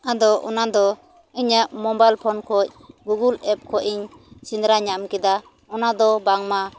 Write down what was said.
ᱟᱫᱚ ᱚᱱᱟ ᱫᱚ ᱤᱧᱟᱹᱜ ᱢᱳᱱᱟᱭᱤᱞ ᱯᱷᱳᱱ ᱠᱷᱚᱡ ᱜᱩᱜᱩᱞ ᱮᱯ ᱠᱷᱚᱡ ᱤᱧ ᱥᱮᱸᱫᱽᱨᱟ ᱧᱟᱢ ᱠᱮᱫᱟ ᱚᱱᱟ ᱫᱚ ᱵᱟᱝᱢᱟ